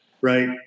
right